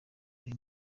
uyu